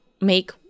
make